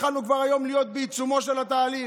יכולנו כבר היום להיות בעיצומו של התהליך,